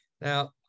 Now